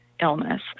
Illness